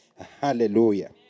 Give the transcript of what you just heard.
Hallelujah